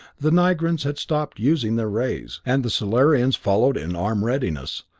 the nigrans had stopped using their rays and the solarians followed in armed readiness,